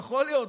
יכול להיות,